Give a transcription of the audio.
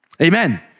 Amen